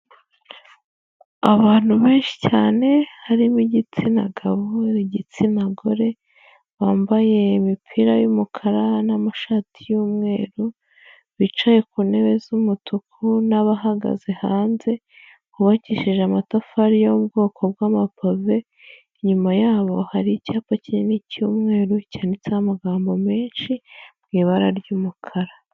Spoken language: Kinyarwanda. Abantu benshi cyane harimo igitsina gabo, igitsina gore, bambaye imipira y'umukara n'amashati y'umweru, bicaye ku ntebe z'umutuku n'abahagaze hanze, hubakishije amatafari yo mu bwoko bw'amapave, inyuma yabo hari icyapa kinini cy'umweru cyanditseho amagambo menshi mu ibara ry'umukara.